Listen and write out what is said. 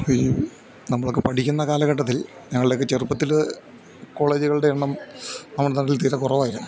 ഈ നമ്മൾ ഒക്കെ പഠിക്കുന്ന കാലഘട്ടത്തിൽ ഞങ്ങളുടെ ഒക്കെ ചെറുപ്പത്തിൽ കോളേജുകളുടെ എണ്ണം നമ്മുടെ നാട്ടിൽ തീരെ കുറവായിരുന്നു